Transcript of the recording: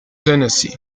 tennessee